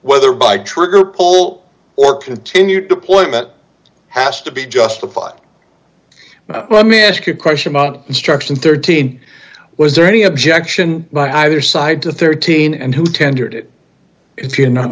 whether by trigger pull or continue deployment has to be justified let me ask you question on instruction thirteen was there any objection by either side to thirteen and who tendered it if you